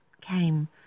came